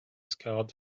scarred